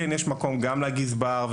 יש מקום גם לגזבר,